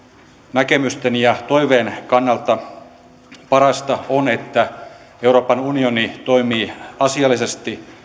näkemysten ja toiveen kannalta parasta on että euroopan unioni toimii asiallisesti